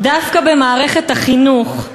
דווקא במערכת החינוך,